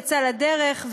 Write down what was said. יצא לדרך,